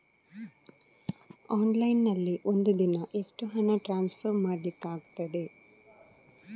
Online ನಲ್ಲಿ ಒಂದು ದಿನ ಎಷ್ಟು ಹಣ ಟ್ರಾನ್ಸ್ಫರ್ ಮಾಡ್ಲಿಕ್ಕಾಗ್ತದೆ?